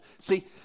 See